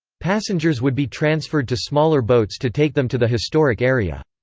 passengers would be transferred to smaller boats to take them to the historic area.